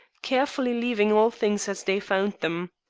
carefully leaving all things as they found them.